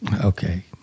okay